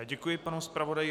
Děkuji panu zpravodaji.